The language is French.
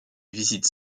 visites